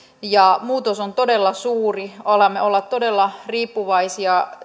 ja muutos on todella suuri alamme olla todella riippuvaisia